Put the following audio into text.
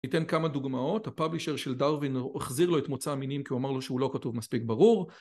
ניתן כמה דוגמאות: הפאבלישר של דרווין, החזיר לו את מוצא המינים כי הוא אמר לו שהוא לא כתוב מספיק ברור,